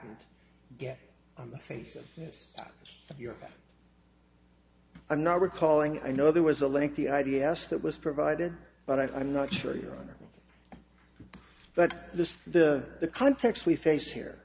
happened get on the face of your i'm not recalling i know there was a lengthy i d s that was provided but i'm not sure your honor but just the the context we face here